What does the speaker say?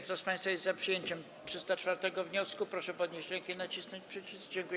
Kto z państwa jest za przyjęciem 304. wniosku, proszę podnieść rękę i nacisnąć przycisk.